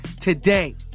today